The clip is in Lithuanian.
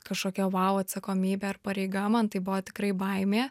kažkokia vau atsakomybė ar pareiga man tai buvo tikrai baimė